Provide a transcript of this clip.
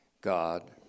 God